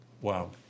wow